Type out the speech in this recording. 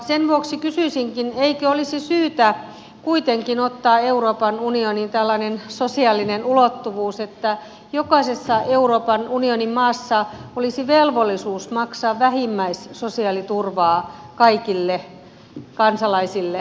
sen vuoksi kysyisinkin eikö olisi syytä kuitenkin ottaa euroopan unioniin tällainen sosiaalinen ulottuvuus että jokaisessa euroopan unionin maassa olisi velvollisuus maksaa vähimmäissosiaaliturvaa kaikille kansalaisille